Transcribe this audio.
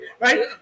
right